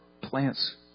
plants